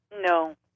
No